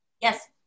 Yes